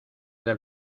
del